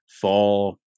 fall